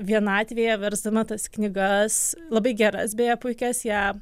vienatvėje versdama tas knygas labai geras beje puikias ją